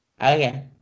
Okay